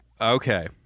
Okay